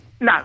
No